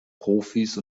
profis